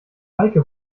heike